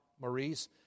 Maurice